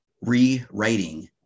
rewriting